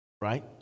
Right